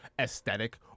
aesthetic